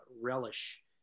relish